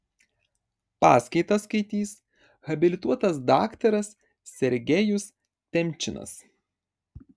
paskaitą skaitys habilituotas daktaras sergejus temčinas